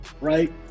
right